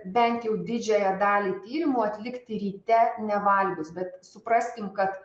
bent jau didžiąją dalį tyrimų atlikti ryte nevalgius bet supraskim kad